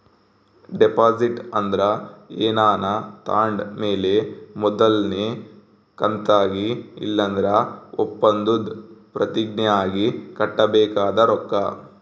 deposit ಅಂದ್ರ ಏನಾನ ತಾಂಡ್ ಮೇಲೆ ಮೊದಲ್ನೇ ಕಂತಾಗಿ ಇಲ್ಲಂದ್ರ ಒಪ್ಪಂದುದ್ ಪ್ರತಿಜ್ಞೆ ಆಗಿ ಕಟ್ಟಬೇಕಾದ ರೊಕ್ಕ